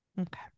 Okay